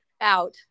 out